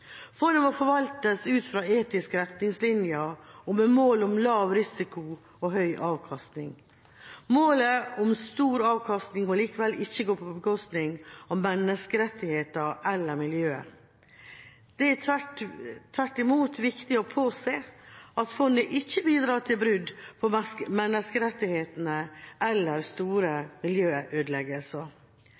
forvaltes ut fra etiske retningslinjer og med mål om lav risiko og høy avkastning. Målet om høy avkastning må likevel ikke gå på bekostning av menneskerettigheter eller miljø. Det er tvert imot viktig å påse at fondet ikke bidrar til brudd på menneskerettighetene eller store miljøødeleggelser.